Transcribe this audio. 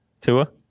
Tua